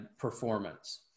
performance